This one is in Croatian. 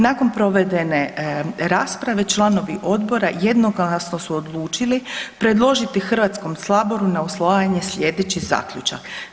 Nakon provedene rasprave članovi odbora jednoglasno su odlučili predložiti Hrvatskom saboru na usvajanje slijedeći zaključak.